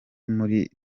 muri